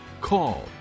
call